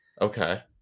Okay